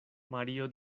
mario